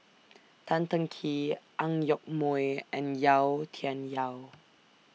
Tan Teng Kee Ang Yoke Mooi and Yau Tian Yau